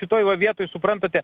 šitoj va vietoj suprantate